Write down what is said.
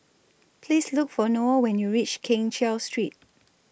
Please Look For Noel when YOU REACH Keng Cheow Street